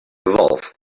evolve